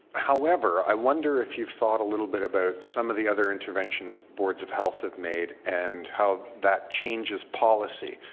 however, i wonder if you've thought a little bit about some of the other interventions board of health have made and how that changes policy.